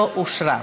לא אושרה.